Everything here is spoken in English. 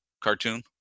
cartoon